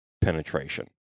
penetration